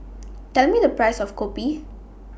Tell Me The Price of Kopi